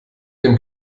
dem